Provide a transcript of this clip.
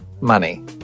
money